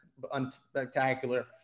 unspectacular